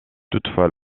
toutefois